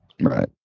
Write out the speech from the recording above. right